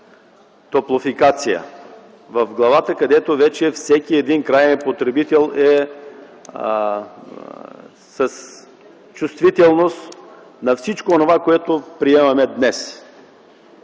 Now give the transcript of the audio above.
„Топлофикация” – главата, където всеки един краен потребител е с чувствителност към всичко онова, което приемаме днес.